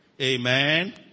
Amen